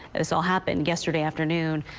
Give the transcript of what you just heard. this will happen yesterday afternoon,